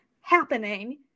happening